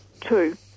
two